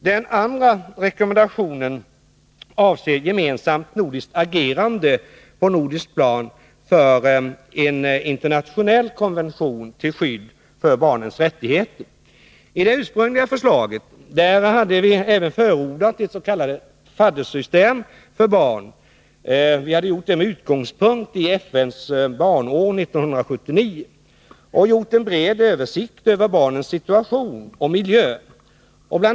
Den andra rekommendationen avser gemensamt nordiskt agerande på nordiskt plan för en internationell konvention till skydd för barnens rättigheter. I det ursprungliga förslaget, där vi även förordat ett s.k. faddersystem för barn, hade vi med utgångspunkt i FN:s barnår 1979 gjort en bred översikt över barnens situation och miljö. Bl.